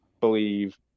believe